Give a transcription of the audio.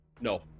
no